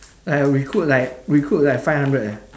like recruit like recruit like five hundred leh